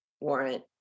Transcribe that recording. warrant